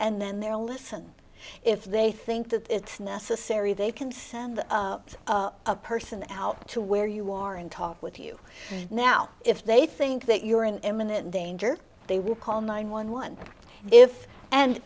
and then they're listen if they think that it's necessary they can send a person out to where you are and talk with you now if they think that you're in imminent danger they will call nine one one if and